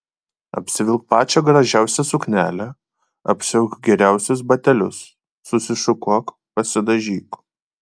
apsivilk pačią gražiausią suknelę apsiauk geriausius batelius susišukuok pasidažyk